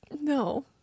No